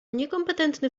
niekompetentny